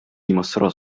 dimostrò